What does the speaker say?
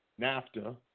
NAFTA